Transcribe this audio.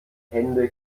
hände